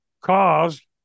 caused